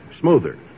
smoother